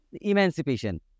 emancipation